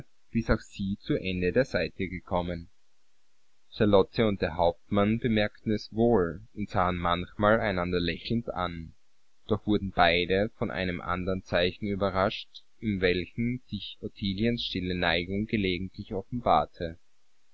auch sie zu ende der seite gekommen charlotte und der hauptmann bemerkten es wohl und sahen manchmal einander lächelnd an doch wurden beide von einem andern zeichen überrascht in welchem sich ottiliens stille neigung gelegentlich offenbarte